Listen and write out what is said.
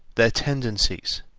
their tendencies,